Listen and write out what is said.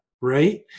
Right